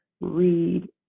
read